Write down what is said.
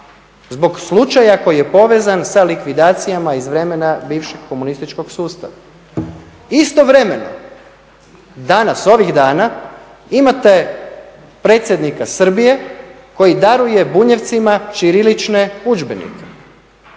zbog slučaja koji je povezan sa likvidacijama iz vremena bivšeg komunističkog sustava. Istovremeno, danas, ovih dana imate predsjednika Srbije koji daruje Bunjevcima ćirilične udžbenike.